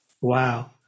Wow